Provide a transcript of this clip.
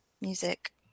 music